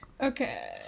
Okay